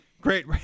great